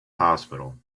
hospital